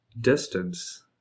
distance